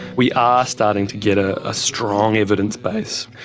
we are starting to get a ah strong evidence base.